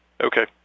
Okay